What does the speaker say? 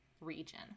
region